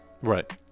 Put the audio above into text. right